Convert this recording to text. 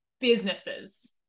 businesses